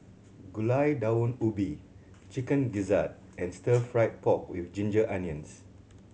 Gulai Daun Ubi Chicken Gizzard and Stir Fried Pork With Ginger Onions